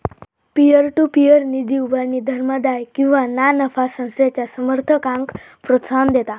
peer to peer निधी उभारणी धर्मादाय किंवा ना नफा संस्थेच्या समर्थकांक प्रोत्साहन देता